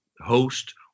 host